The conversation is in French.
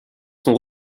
sont